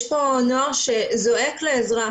יש פה נוער שזועק לעזרה,